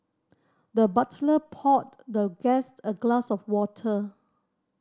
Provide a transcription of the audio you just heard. the butler poured the guest a glass of water